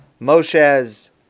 Moshe's